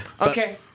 Okay